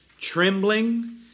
trembling